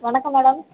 வணக்கம் மேடம்